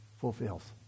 fulfills